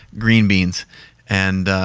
green beans and